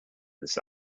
this